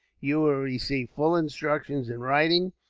you will receive full instructions in writing,